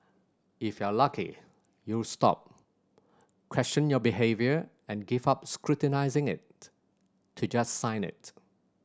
if you're lucky you'll stop question your behaviour and give up scrutinising it to just sign it